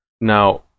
Now